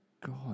God